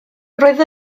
roedd